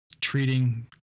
treating